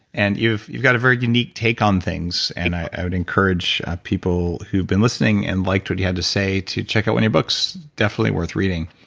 and you've you've got a very unique take on things and i would encourage people who have been listening and liked what you had to say to check out one of your books. definitely worth reading.